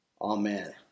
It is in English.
amen